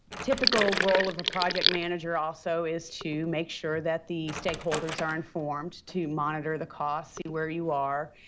typical role of a project manager also is to make sure that the stakeholders are informed to monitor the cost, see where you are,